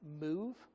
move